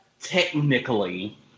technically